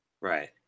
Right